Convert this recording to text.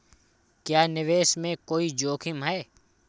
क्या निवेश में कोई जोखिम है?